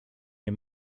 nie